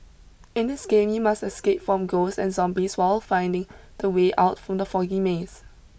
in this game you must escape from ghosts and zombies while finding the way out from the foggy maze